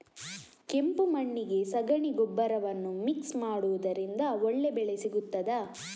ಕೆಂಪು ಮಣ್ಣಿಗೆ ಸಗಣಿ ಗೊಬ್ಬರವನ್ನು ಮಿಕ್ಸ್ ಮಾಡುವುದರಿಂದ ಒಳ್ಳೆ ಬೆಳೆ ಸಿಗುತ್ತದಾ?